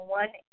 one